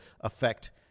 affect